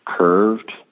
curved